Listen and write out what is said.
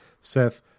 Seth